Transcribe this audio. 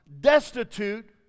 destitute